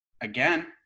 again